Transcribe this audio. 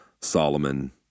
Solomon